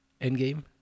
Endgame